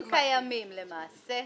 בנוגע למפקידים קיימים למעשה.